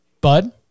Bud